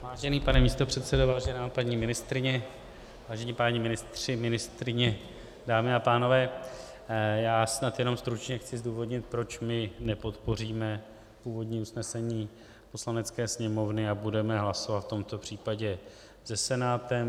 Vážený pane místopředsedo, vážená paní ministryně, vážení páni ministři, ministryně, dámy a pánové, já snad jenom stručně chci zdůvodnit, proč my nepodpoříme původní usnesení Poslanecké sněmovny a budeme hlasovat v tomto případě se Senátem.